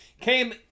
came